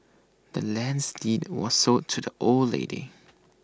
the land's deed was sold to the old lady